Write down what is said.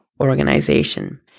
organization